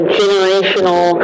generational